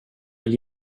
vill